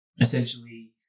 essentially